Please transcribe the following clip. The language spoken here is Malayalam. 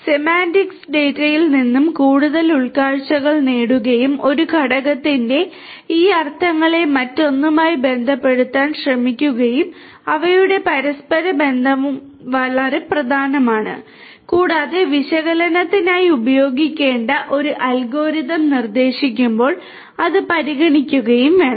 സെമാന്റിക്സും ഡാറ്റയിൽ നിന്ന് കൂടുതൽ ഉൾക്കാഴ്ചകളും നേടുകയും ഒരു ഘടകത്തിന്റെ ഈ അർത്ഥങ്ങളെ മറ്റൊന്നുമായി ബന്ധപ്പെടുത്താൻ ശ്രമിക്കുകയും അവയുടെ പരസ്പര ബന്ധങ്ങളും വളരെ പ്രധാനമാണ് കൂടാതെ വിശകലനത്തിനായി ഉപയോഗിക്കേണ്ട ഒരു അൽഗോരിതം നിർദ്ദേശിക്കുമ്പോൾ അത് പരിഗണിക്കുകയും വേണം